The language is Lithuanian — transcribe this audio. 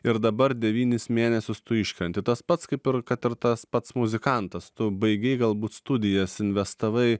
ir dabar devynis mėnesius tu iškrenti tas pats kaip ir kad ir tas pats muzikantas tu baigei galbūt studijas investavai